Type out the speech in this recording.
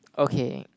okay